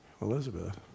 Elizabeth